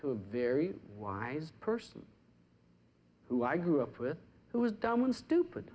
a very wise person who i grew up with who was dumb and stupid